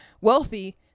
wealthy